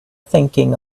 thinking